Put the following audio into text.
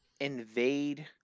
Invade